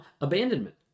abandonment